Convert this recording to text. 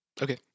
Okay